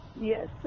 Yes